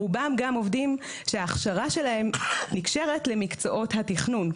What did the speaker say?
רובם גם עובדים שההכשרה שלהם נקשרת למקצועות התכנון.